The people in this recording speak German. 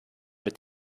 mit